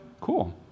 cool